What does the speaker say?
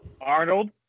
Arnold